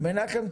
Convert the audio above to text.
ממוחשבת,